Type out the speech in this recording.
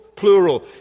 plural